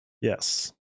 Yes